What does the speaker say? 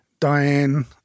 Diane